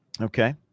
Okay